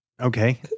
Okay